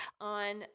on